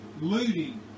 looting